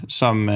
som